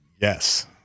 Yes